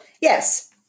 Yes